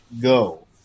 Go